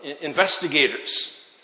investigators